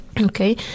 Okay